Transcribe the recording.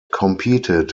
competed